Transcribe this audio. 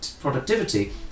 productivity